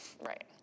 Right